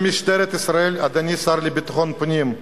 אדוני השר לביטחון פנים,